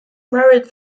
married